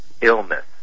illness